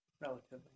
Relatively